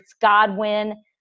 Godwin